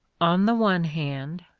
on the one hand,